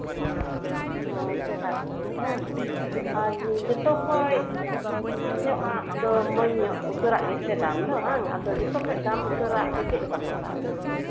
ᱚ ᱪᱮᱦᱚᱨᱟ ᱦᱤᱥᱟᱹᱵᱛᱮ ᱵᱟᱝ ᱟᱨ ᱡᱚᱛᱚ ᱠᱷᱚᱡ ᱢᱚᱡᱽ ᱧᱚᱜ ᱟᱜ ᱫᱚ ᱢᱚᱡᱽ ᱧᱚᱜ ᱩᱛᱟᱹᱨᱟᱜ ᱜᱮᱥᱮ ᱫᱟᱢ ᱫᱚ ᱵᱟᱝ ᱟᱫᱚ ᱡᱚᱛᱚ ᱠᱷᱚᱡ ᱫᱟᱢ ᱩᱛᱟᱹᱨᱟᱜ ᱫᱚ ᱪᱮᱫ ᱞᱮᱠᱟᱢ ᱦᱟᱛᱟᱣᱫᱟ